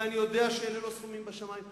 ואני יודע שאלה לא סכומים בשמים,